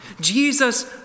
Jesus